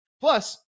plus